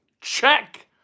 Check